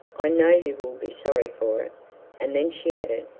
i know you will be sorry for it and then she added,